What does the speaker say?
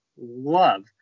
love